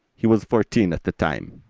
he was fourteen at the time.